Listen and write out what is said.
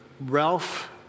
Ralph